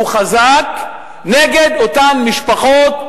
הוא חזק נגד אותן משפחות,